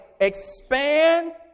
Expand